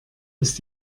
ist